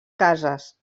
cases